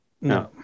No